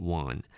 one